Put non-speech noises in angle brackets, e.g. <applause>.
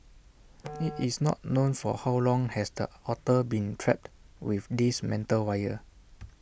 <noise> IT is not known for how long has the otter been trapped with this metal wire <noise>